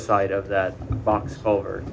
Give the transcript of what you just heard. side of that box o